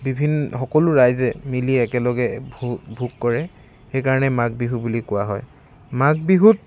বিভিন সকলো ৰাইজে মিলি একেলগে ভো ভোগ কৰে সেইকাৰণে মাঘ বিহু বুলি কোৱা হয় মাঘ বিহুত